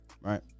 Right